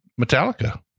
Metallica